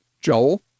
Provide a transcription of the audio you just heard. Joel